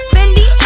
Fendi